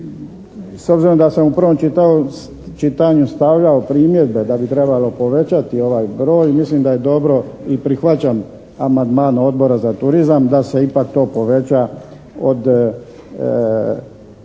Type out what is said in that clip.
S obzirom da sam u prvom čitanju stavljao primjedbe da bi trebalo povećati ovaj broj mislim da je dobro i prihvaćam Odbora za turizam da se ipak to poveća na